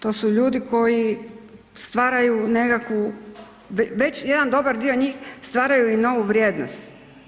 To su ljudi koji stvaraju nekakvu, već jedan dobar dio njih stvaraju i novu vrijednost.